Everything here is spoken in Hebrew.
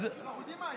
אז שר האוצר,